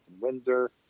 Windsor